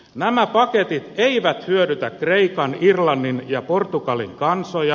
nämä paketit eivät hyödytä kreikan irlannin ja portugalin kansoja